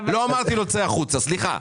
לא אמרתי לו צא החוצה, סליחה.